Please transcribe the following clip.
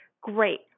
Great